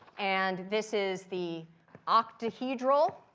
and this is the octahedral.